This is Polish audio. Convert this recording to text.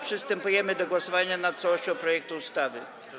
Przystępujemy do głosowania nad całością projektu ustawy.